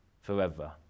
forever